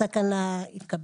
התקנה התקבלה.